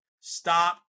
Stop